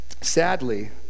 Sadly